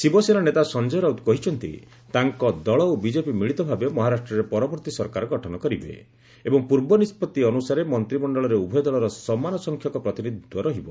ଶିବସେନା ନେତା ସଞ୍ଜୟ ରାଉତ କହିଛନ୍ତି ତାଙ୍କ ଦଳ ଓ ବିକେପି ମିଳିତ ଭାବେ ମହାରାଷ୍ଟ୍ରରେ ପରବର୍ତ୍ତୀ ସରକାର ଗଠନ କରିବେ ଏବଂ ପୂର୍ବ ନିଷ୍ପଭି ଅନୁସାରେ ମନ୍ତିମଣ୍ଡଳରେ ଉଭୟ ଦଳର ସମାନ ସଂଖ୍ୟକ ପ୍ରତିନିଧିତ୍ୱ ରହିବ